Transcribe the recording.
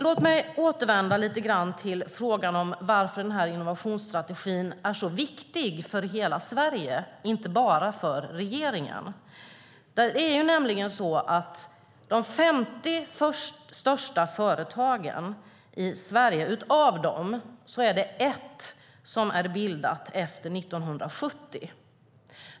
Låt mig återvända till frågan om varför den här innovationsstrategin är så viktig för hela Sverige, inte bara för regeringen. Av de 50 största företagen i Sverige är det ett som är bildat efter 1970.